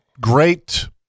great